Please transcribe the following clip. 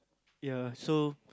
ya so